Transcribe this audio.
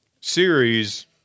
series